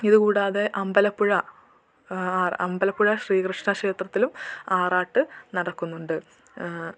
ഇത് കൂടാതെ അമ്പലപ്പുഴ അമ്പലപ്പുഴ ശ്രീകൃഷ്ണ ക്ഷേത്രത്തിലും ആറാട്ട് നടക്കുന്നുണ്ട്